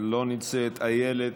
לא נמצאת, איילת,